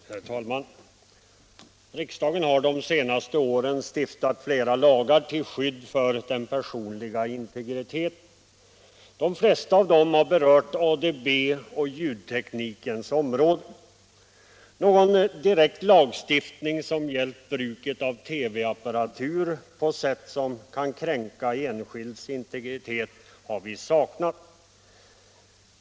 Herr talman! Riksdagen har de senaste åren stiftat flera lagar till skydd för den personliga integriteten. De flesta av dem har berört ADB och ljudteknikens områden. Någon direkt lagstiftning som gällt bruket av TV-apparatur på sätt som kan kränka enskilds integritet har vi saknat.